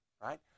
right